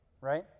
Right